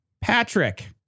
Patrick